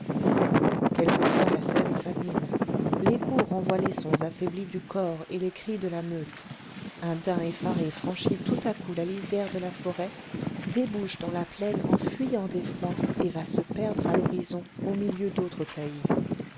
quelquefois la scène s'anime l'écho renvoie les sons affaiblis du cor et les cris de la meute un daim effaré franchit tout à coup la lisière de la forêt débouche dans la plaine en fuyant d'effroi et va se perdre à l'horizon au milieu d'autres taillis